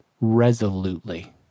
resolutely